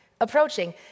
approaching